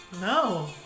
No